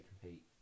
compete